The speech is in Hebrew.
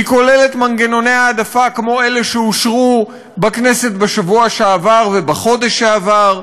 היא כוללת מנגנוני העדפה כמו אלה שאושרו בכנסת בשבוע שעבר ובחודש שעבר,